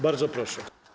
Bardzo proszę.